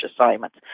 assignments